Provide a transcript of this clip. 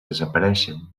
desapareixen